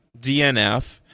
DNF